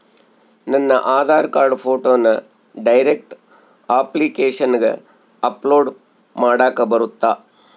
ನನ್ನ ಆಧಾರ್ ಕಾರ್ಡ್ ಫೋಟೋನ ಡೈರೆಕ್ಟ್ ಅಪ್ಲಿಕೇಶನಗ ಅಪ್ಲೋಡ್ ಮಾಡಾಕ ಬರುತ್ತಾ?